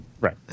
Right